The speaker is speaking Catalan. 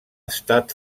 estat